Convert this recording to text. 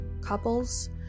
couples